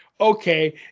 okay